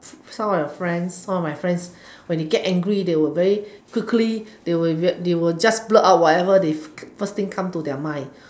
some of your friends some of my friends when they get angry they will very quickly they will they will just blurt out whatever they first thing come to their mind